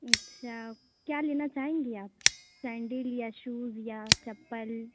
اچھا کیا لینا چاہیں گی آپ سینڈل یا شوز یا چپل